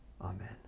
Amen